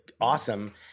awesome